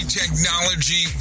technology